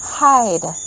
hide